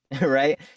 right